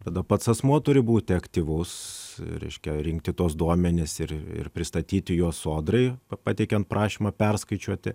tada pats asmuo turi būti aktyvus reiškia rinkti tuos duomenis ir ir pristatyti juos sodrai pa pateikiant prašymą perskaičiuoti